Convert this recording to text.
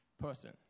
person